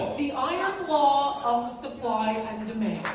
the iron law of supply and like demand.